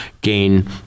gain